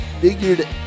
figured